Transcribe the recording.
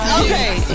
Okay